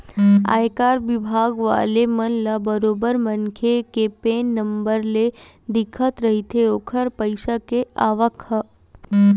आयकर बिभाग वाले मन ल बरोबर मनखे के पेन नंबर ले दिखत रहिथे ओखर पइसा के आवक ह